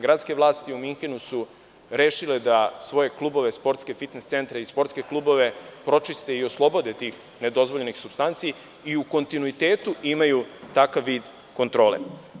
Gradske vlasti u Minhenu su rešile da svoje klube, sportske i fitnes centre, sportske klubove pročiste i oslobode od tih nedozvoljenih supstanci i u kontinuitetu imaju takav vid kontrole.